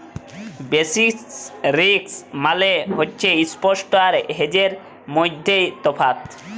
basis risk মালে হছে ইস্প্ট আর হেজের মইধ্যে তফাৎ